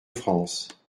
france